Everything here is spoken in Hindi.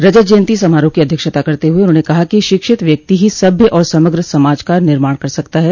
रजत जयन्ती समारोह की अध्यक्षता करते हुए उन्होंने कहा कि शिक्षित व्यक्ति ही सभ्य और समग्र समाज का निर्माण कर सकता है